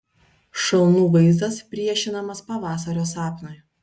šalnų vaizdas priešinamas pavasario sapnui